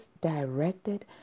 directed